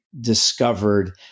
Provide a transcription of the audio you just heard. discovered